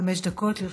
חמש דקות לרשותך.